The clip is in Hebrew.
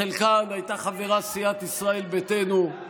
בחלקן הייתה חברה סיעת ישראל ביתנו,